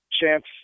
chance